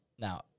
Now